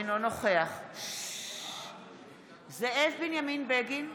אינו נוכח זאב בנימין בגין,